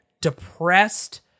depressed